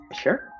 Sure